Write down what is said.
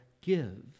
give